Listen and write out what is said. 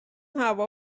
هوا